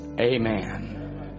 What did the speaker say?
Amen